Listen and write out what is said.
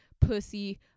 pussy